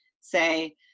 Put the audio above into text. say